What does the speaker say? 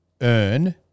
earn